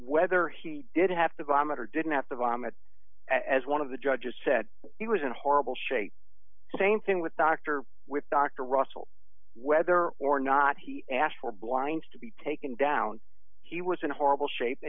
whether he did have to vomit or didn't have to vomit as one of the judges said he was in horrible shape same thing with doctor with doctor russell whether or not he asked for blinds to be taken down he was in horrible shape